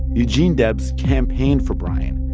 eugene debs campaigned for bryan.